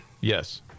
Yes